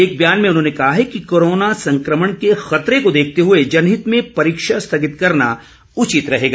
एक बयान में उन्होंने कहा कि कोरोना संक्रमण के खतरे को देखते हुए जनहित में परीक्षा स्थगित करना उचित रहेगा